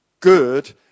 good